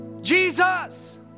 Jesus